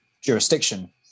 jurisdiction